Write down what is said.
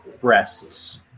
breasts